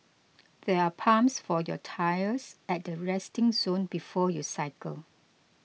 there are pumps for your tyres at the resting zone before you cycle